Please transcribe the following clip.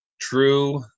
true